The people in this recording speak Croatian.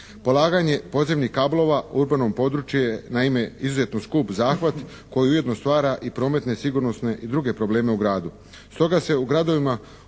Polaganje podzemnih kablova u urbano područje je naime izuzetno skup zahvat koji ujedno stvar i prometne sigurnosne i druge probleme u gradu. Stoga se u gradovima umjesto